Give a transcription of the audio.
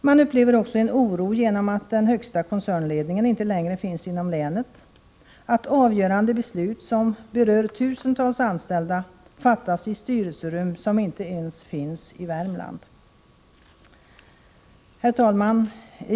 Man upplever också en oro genom att den högsta koncernledningen inte längre finns inom länet — avgörande beslut som berör tusentals anställda fattas i styrelserum som inte ens finns i Värmland. Herr talman!